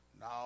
Now